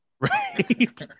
Right